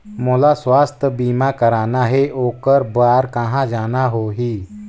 मोला स्वास्थ बीमा कराना हे ओकर बार कहा जाना होही?